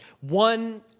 one